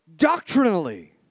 Doctrinally